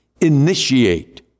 Initiate